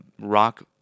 rock